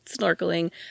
snorkeling